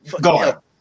Go